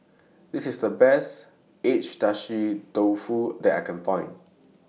This IS The Best Agedashi Dofu that I Can Find